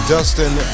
Dustin